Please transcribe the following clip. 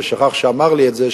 ושכח שאמר לי את זה,